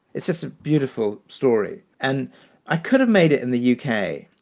it's just a beautiful story. and i could have made it in the u k.